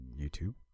YouTube